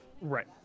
Right